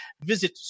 Visit